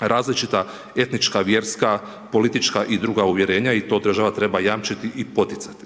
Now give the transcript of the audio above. različita, etnička, vjerska, politička i druga uvjerenja i to država treba jamčiti i poticati.